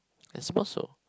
I suppose so